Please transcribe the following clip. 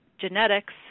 genetics